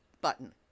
button